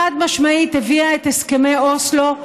חד-משמעית הביאה את הסכמי אוסלו,